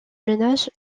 ménage